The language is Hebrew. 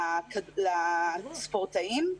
לספורטאים.